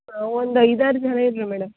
ನಾವೊಂದು ಐದು ಆರು ಜನ ಇದಿವಿ ಮೇಡಮ್